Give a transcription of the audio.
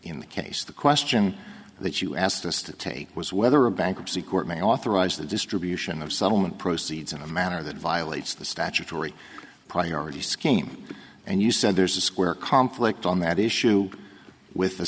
in the case the question that you asked us to take was whether a bankruptcy court may authorize the distribution of settlement proceeds in a manner that violates the statutory priority scheme and you said there's a square conflict on that issue with